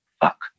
fuck